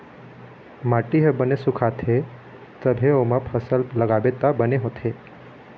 माटी ह बने सुखाथे तभे ओमा फसल लगाबे त बने होथे